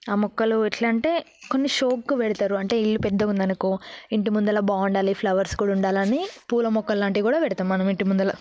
ఆ మొక్కలు ఎలా అంటే కొన్ని షోకు పెడతారు అంటే ఇల్లు పెద్దగా ఉంది అనుకో ఇంటి ముందర బాగుండాలి ఫ్లవర్స్ కూడా ఉండాలని పూల మొక్కలు లాంటివి కూడా పెడతాము మనం ఇంటి ముందర